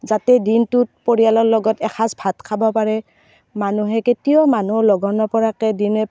যাতে দিনটোত পৰিয়ালৰ লগত এসাঁজ ভাত খাবা পাৰে মানুহে কেতিয়াও মানুহ লঘন নপৰাকৈ দিনে